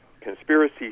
conspiracy